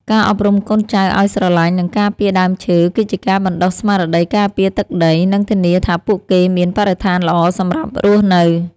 ការអប់រំកូនចៅឱ្យស្រឡាញ់ និងការពារដើមឈើគឺជាការបណ្តុះស្មារតីការពារទឹកដី និងធានាថាពួកគេមានបរិស្ថានល្អសម្រាប់រស់នៅ។